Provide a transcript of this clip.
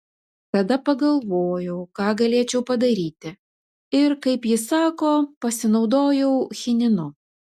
tada pagalvojau ką galėčiau padaryti ir kaip ji sako pasinaudojau chininu